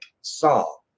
song